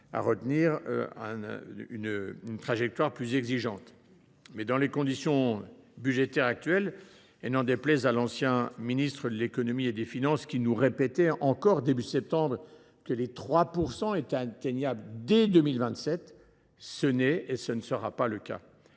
à établir une trajectoire plus exigeante. Mais dans les conditions budgétaires actuelles, et n’en déplaise à l’ancien ministre de l’économie et des finances qui se plaisait à répéter, encore début septembre, que l’objectif des 3 % était atteignable dès 2027, ce ne sera pas le cas.